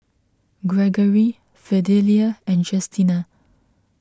Gregory Fidelia and Justina